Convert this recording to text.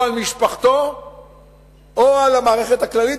או על משפחתו או על המערכת הכללית,